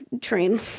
train